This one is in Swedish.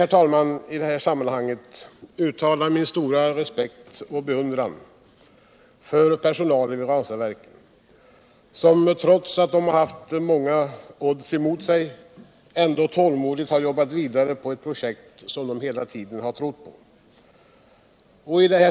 herr talman, i detta sammanhang uttala min stora respekt och beundran för personalen vid Ranstadverket, som trots att den har haft många odds emot sig, ändå tålmodigt har jobbat vidare på ett projekt som den hela tiden har trott på.